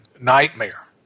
nightmare